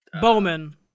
Bowman